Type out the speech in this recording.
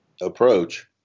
approach